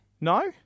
No